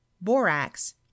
borax